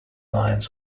lines